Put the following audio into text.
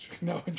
No